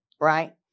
right